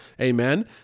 amen